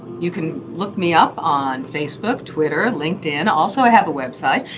you can look me up on facebook, twitter, linkedin, also i have a website.